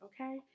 okay